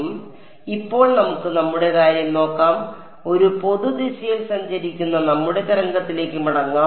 അതിനാൽ ഇപ്പോൾ നമുക്ക് നമ്മുടെ കാര്യം നോക്കാം ഒരു പൊതു ദിശയിൽ സഞ്ചരിക്കുന്ന നമ്മുടെ തരംഗത്തിലേക്ക് മടങ്ങാം